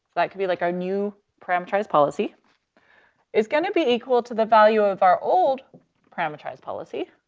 like could be like our new parameterized policy is gonna be equal to the value of our old parameterized policy.